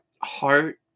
heart